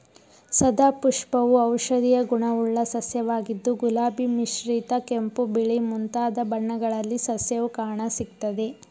ಸದಾಪುಷ್ಪವು ಔಷಧೀಯ ಗುಣವುಳ್ಳ ಸಸ್ಯವಾಗಿದ್ದು ಗುಲಾಬಿ ಮಿಶ್ರಿತ ಕೆಂಪು ಬಿಳಿ ಮುಂತಾದ ಬಣ್ಣಗಳಲ್ಲಿ ಸಸ್ಯವು ಕಾಣಸಿಗ್ತದೆ